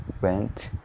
went